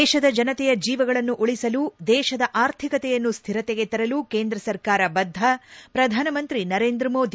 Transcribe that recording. ದೇಶದ ಜನತೆಯ ಜೀವಗಳನ್ನು ಉಳಿಸಲು ದೇಶದ ಅರ್ಥಿಕತೆಯನ್ನು ಸ್ವಿರತೆಗೆ ತರಲು ಕೇಂದ್ರ ಸರ್ಕಾರ ಬದ್ದ ಪ್ರಧಾನ ಮಂತ್ರಿ ನರೇಂದ್ರ ಮೋದಿ